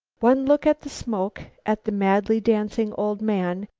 one look at the smoke, at the madly dancing old man,